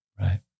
Right